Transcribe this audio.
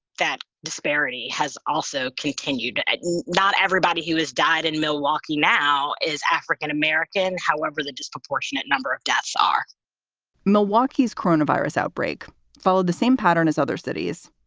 that disparity has also continued not everybody who has died in milwaukee now is african-american however, the disproportionate number of deaths are milwaukee's coronavirus outbreak followed the same pattern as other cities.